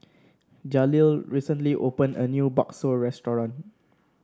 Jaleel recently opened a new bakso restaurant